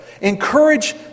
Encourage